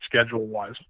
schedule-wise